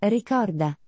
Ricorda